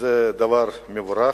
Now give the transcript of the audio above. וזה דבר מבורך.